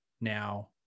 Now